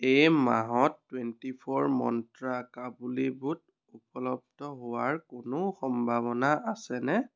এই মাহত twenty four মন্ত্ৰা কাবুলী বুট উপলব্ধ হোৱাৰ কোনো সম্ভাৱনা আছেনে